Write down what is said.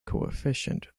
coefficient